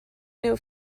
aneu